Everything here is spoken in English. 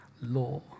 law